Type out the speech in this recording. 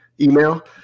email